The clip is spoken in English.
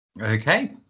okay